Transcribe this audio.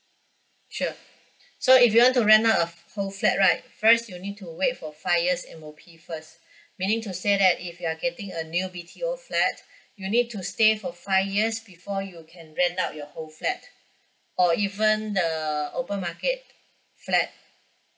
sure so if you want to rent out a whole flat right first you need to wait for five years M_O_P first meaning to say that if you are getting a new B_T_O flat you need to stay for five years before you can rent out your whole flat or even the open market flat